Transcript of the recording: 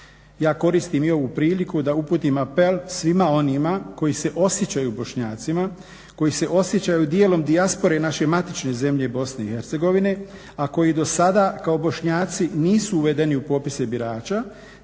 Ja koristim i ovu priliku da uputim apel svima onima koji se osjećaju Bošnjacima, koji se osjećaju dijelom dijaspore naše matične zemlje BiH, a koji dosada kao Bošnjaci nisu uvedeni u popise birača